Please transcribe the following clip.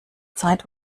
zeit